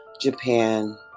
Japan